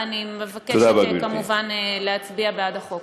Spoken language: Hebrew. תודה רבה, ואני מבקשת, כמובן, להצביע בעד החוק.